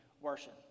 worship